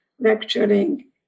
lecturing